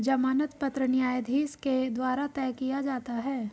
जमानत पत्र न्यायाधीश के द्वारा तय किया जाता है